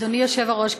אדוני היושב-ראש,